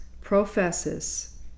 professes